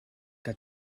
que